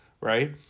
right